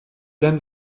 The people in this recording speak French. dame